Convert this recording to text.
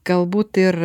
galbūt ir